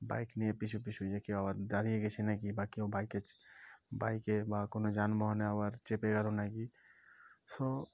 bike নিয়ে পিছু পিছু যে কেউ আবার দাঁড়িয়ে গেছে নাকি বা কেউ বাইকে বাইকে বা কোনো যানবাহনে আবার চেপে গেলো নাকি সো